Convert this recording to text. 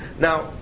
Now